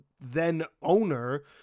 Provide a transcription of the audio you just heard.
then-owner